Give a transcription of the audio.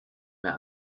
wer